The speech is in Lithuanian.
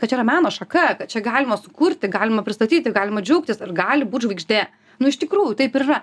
kad čia yra meno šaka kad čia galima sukurti galima pristatyti galima džiaugtis gali būt žvaigždė nu iš tikrųjų taip ir yra